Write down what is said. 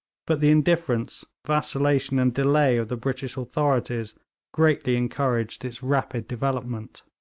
but the indifference, vacillation and delay of the british authorities greatly encouraged its rapid development.